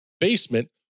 basement